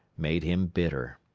made him bitter.